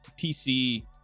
PC